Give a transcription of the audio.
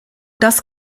das